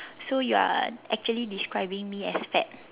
so you are actually describing me as fat